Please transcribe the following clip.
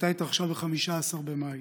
הקטטה התרחשה ב-15 במאי.